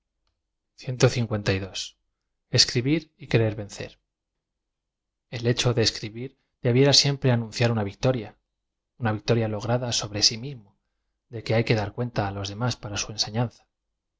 cristal rlo y querer vencer el hecho de escribir debiera siempre anunciar una victoria una victoria lograda sohre si mismo de que h ay que dar cuenta á los demás para su ensefianza